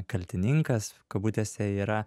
kaltininkas kabutėse yra